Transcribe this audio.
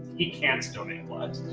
he can't donate blood,